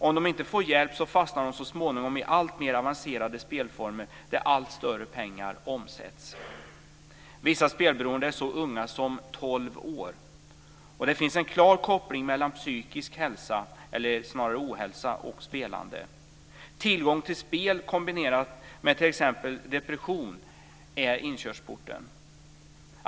Om de inte får hjälp så fastnar de så småningom i alltmer avancerade spelformer där allt större pengar omsätts. Vissa spelberoende är så unga som tolv år. Det finns en klar koppling mellan psykisk hälsa - eller snarare ohälsa - och spelande. Tillgång till spel kombinerat med t.ex. depression är inkörsporten.